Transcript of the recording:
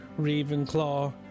Ravenclaw